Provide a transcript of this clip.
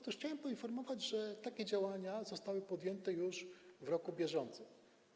Otóż chciałem poinformować, że takie działania zostały podjęte już w roku bieżącym.